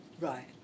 Right